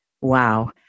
Wow